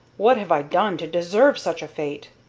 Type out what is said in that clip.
what have i done to deserve such a fate?